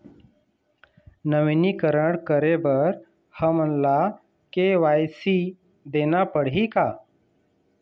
नवीनीकरण करे बर हमन ला के.वाई.सी देना पड़ही का?